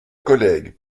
collègue